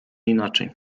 inaczej